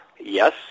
Yes